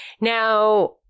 now